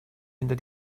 hinter